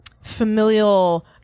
familial